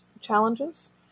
challenges